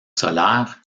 solaire